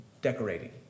Decorating